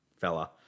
fella